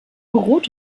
rot